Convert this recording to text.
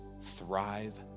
thrive